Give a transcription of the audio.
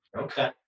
Okay